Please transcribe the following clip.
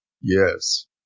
Yes